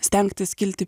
stengtis kilti